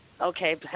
Okay